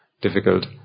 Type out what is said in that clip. difficult